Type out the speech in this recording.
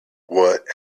what